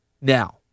now